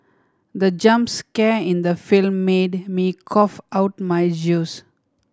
the jump scare in the film made me cough out my juice